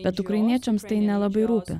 bet ukrainiečiams tai nelabai rūpi